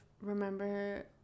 remember